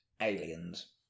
Aliens